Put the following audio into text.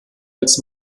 als